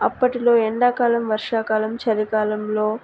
అప్పటిలో ఎండాకాలం వర్షాకాలం చలికాలంలో